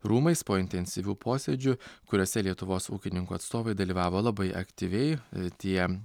rūmais po intensyvių posėdžių kuriuose lietuvos ūkininkų atstovai dalyvavo labai aktyviai tie